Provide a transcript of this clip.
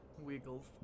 Wiggles